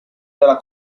della